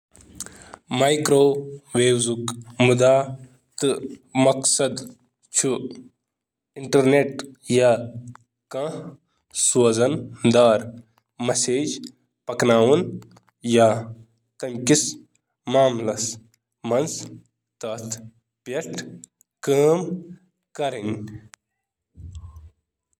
تم چِھ مواصلات، ریڈیو فلکیات، ریموٹ سینسنگ، ریڈارس منٛز استعمال یوان کرنہٕ، تہٕ یقیناً، یمن ہنٛد حرارتی اطلاق کہ وجہ سۭتۍ، تم چِھ رنٛنس منٛز تہٕ استعمال یوان کرنہٕ